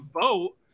vote